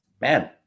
man